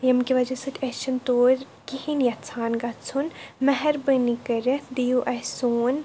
ییٚمہِ کہِ وَجہ سۭتۍ اسہِ چھِنہٕ تور کہیٖنۍ یَژھان گَژھُن مہربٲنی کٔرِتھ دِیو اسہِ سوٗن